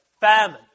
famine